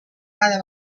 cada